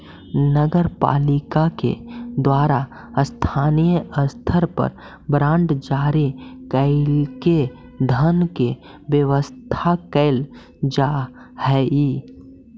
नगर पालिका के द्वारा स्थानीय स्तर पर बांड जारी कईके धन के व्यवस्था कैल जा हई